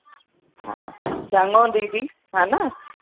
हा चङो दीदी हा न